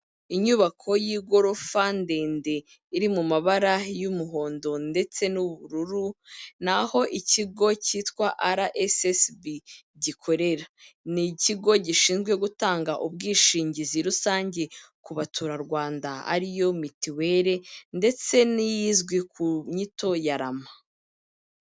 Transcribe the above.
Inyubako y'igorofa ndende iri mu mabara y'umuhondo ndetse n'ubururu naho ikigo cyitwa rssb gikorera. Ni ikigo gishinzwe gutanga ubwishingizi rusange ku baturarwanda ari yo mituweli ndetse n'iyizwi ku nyito ya rama.